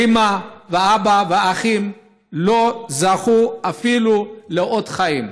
האימא, האבא והאחים לא זכו אפילו לאות חיים,